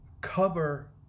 cover